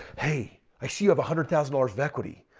hey, i see you of a hundred thousand dollars of equity.